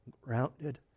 grounded